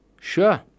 Sure